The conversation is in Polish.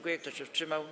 Kto się wstrzymał?